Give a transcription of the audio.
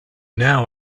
now